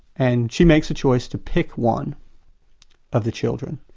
and she makes a choice to pick one of the children.